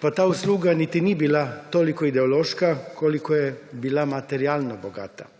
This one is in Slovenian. Pa ta usluga niti ni bila toliko ideološka, kolikor je bila materialno bogata.